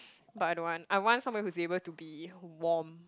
but I don't want I want someone who's able to be warm